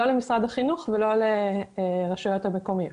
לא למשרד החינוך ולא לרשויות המקומיות.